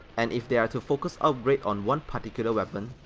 and if they are to focus upgrade on one particular weapon,